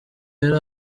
yari